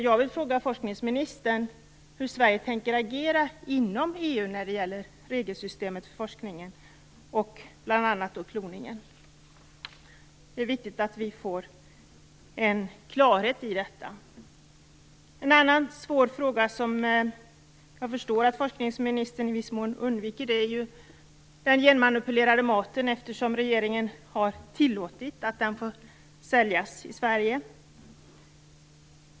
Jag vill fråga forskningsministern hur Sverige kommer att agera inom EU när det gäller regelsystemet för forskningen, bl.a. kloningen. Det är viktigt att vi får klarhet i detta. En annan svår fråga är den genmanipulerade maten. Jag förstår att forskningsministern i viss mån undviker frågan, eftersom regeringen har tillåtit att genmanipulerad mat säljs i Sverige.